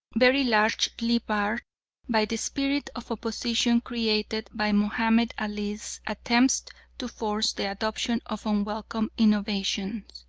very largely barred by the spirit of opposition created by mahomed ali's attempts to force the adoption of unwelcome innovations.